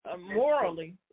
morally